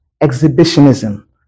exhibitionism